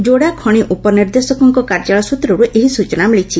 ଯୋଡ଼ା ଖଶି ଉପନିର୍ଦ୍ଦେଶକଙ୍କ କାର୍ଯ୍ୟାଳୟ ସୂତ୍ରରୁ ଏହି ସୂଚନା ମିଳିଛି